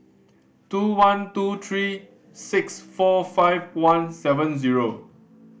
two one two three six four five one seven zero